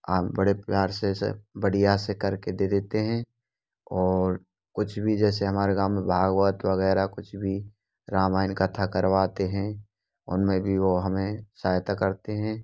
आप बड़े प्यार से सब बढ़िया से करके दे देते हैं और कुछ भी जैसे हमारे गाँव में भागवत वगैरह कुछ भी रामायण कथा करवाते हैं उनमें भी वह हमें सहायता करते हैं